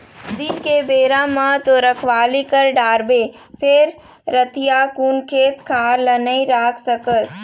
दिन के बेरा म तो रखवाली कर डारबे फेर रतिहा कुन खेत खार ल नइ राख सकस